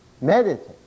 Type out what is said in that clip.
Meditate